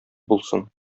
булсын